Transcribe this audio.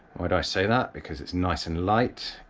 why do i say that? because it's nice and light,